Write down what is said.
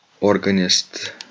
organist